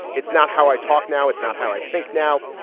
it's not how i talk now. it's not how i think now.